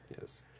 Yes